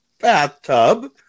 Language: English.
bathtub